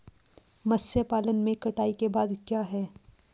मत्स्य पालन में कटाई के बाद क्या है?